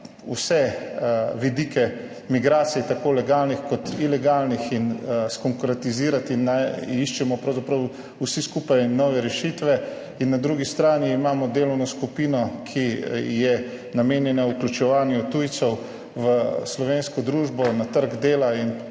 vse vidike migracij, tako legalnih kot ilegalnih, in konkretizirati, iščemo pravzaprav vsi skupaj nove rešitve. In na drugi strani imamo delovno skupino, ki je namenjena vključevanju tujcev v slovensko družbo, na trg dela in